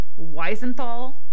Weisenthal